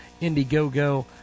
Indiegogo